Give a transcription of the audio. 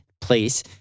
place